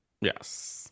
Yes